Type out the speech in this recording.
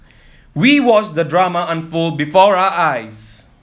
we watched the drama unfold before our eyes